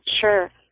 Sure